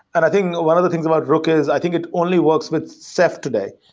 and i think one of the things about rook is i think it only works with ceph today.